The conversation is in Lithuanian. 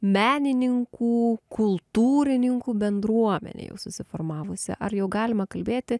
menininkų kultūrininkų bendruomenė jau susiformavusi ar jau galima kalbėti